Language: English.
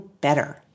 better